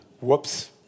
Whoops